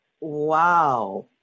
Wow